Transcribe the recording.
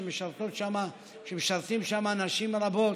שבהם עובדות נשים רבות,